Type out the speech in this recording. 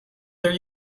their